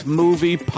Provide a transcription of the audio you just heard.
movie